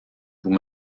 vous